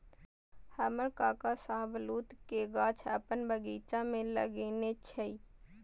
हमर काका शाहबलूत के गाछ अपन बगीचा मे लगेने छै